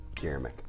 Jeremy